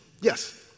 yes